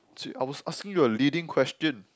I was asking you a leading question